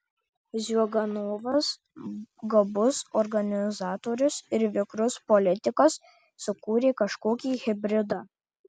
ziuganovas gabus organizatorius ir vikrus politikas sukūrė kažkokį hibridą